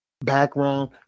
background